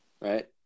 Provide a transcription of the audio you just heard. right